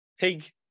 Pig